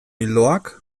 ildoak